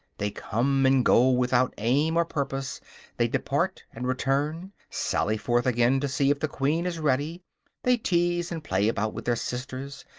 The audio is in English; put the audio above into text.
they come and go without aim or purpose they depart and return, sally forth again to see if the queen is ready they tease and play about with their sisters,